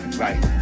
right